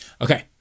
Okay